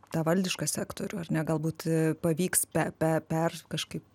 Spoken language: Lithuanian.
tą valdišką sektorių ar ne galbūt a pavyks pe pe per kažkaip